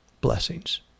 blessings